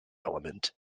element